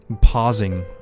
pausing